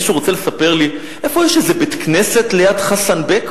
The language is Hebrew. מישהו רוצה לספר לי איפה יש איזה בית-כנסת ליד חסן-בק?